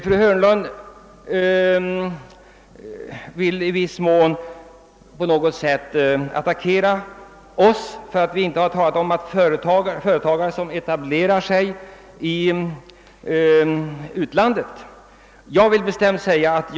Fru Hörnlund försöker attackera oss för att vi inte tagit upp till debatt frågan om företag som etablerat sig i utlandet.